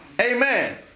Amen